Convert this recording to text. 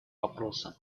вопросы